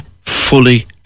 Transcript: fully